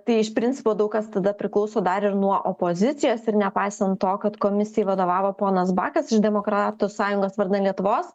tai iš principo daug kas tada priklauso dar ir nuo opozicijos ir nepaisant to kad komisijai vadovavo ponas bakas demokratų sąjungos vardan lietuvos